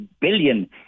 billion